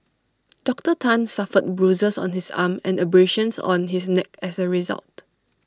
Doctor Tan suffered bruises on his arm and abrasions on his neck as A result